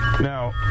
Now